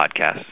podcasts